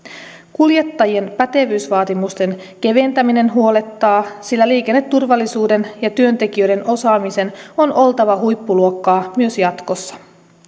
kuljettajien pätevyysvaatimusten keventäminen huolettaa sillä liikenneturvallisuuden ja työntekijöiden osaamisen on oltava huippuluokkaa myös jatkossa